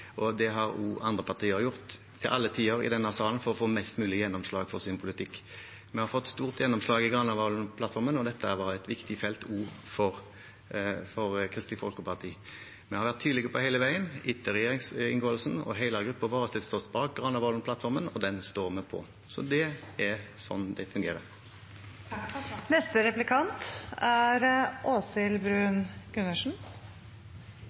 og det har også andre partier gjort, til alle tider, i denne salen, for å få mest mulig gjennomslag for sin politikk. Vi har fått stort gjennomslag i Granavolden-plattformen, og dette har vært et viktig felt også for Kristelig Folkeparti. Vi har vært tydelige hele veien etter regjeringsinngåelsen. Hele gruppen vår har stilt seg bak Granavolden-plattformen, og den står vi på. Så det er sånn det fungerer.